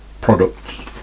Products